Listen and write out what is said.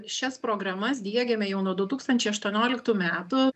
šias programas diegiame jau nuo du tūkstančiai aštuonioliktų metų